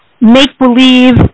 make-believe